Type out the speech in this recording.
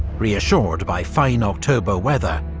reassured by fine october weather,